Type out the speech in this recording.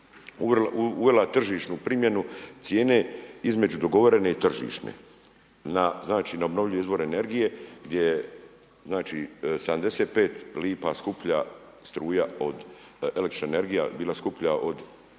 uvela tržišnu primjene cijene između dogovorene i tržišne na znači obnovljive energije gdje je 75 lipa skuplja struja, električna energija bila skuplja od električne